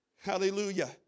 Hallelujah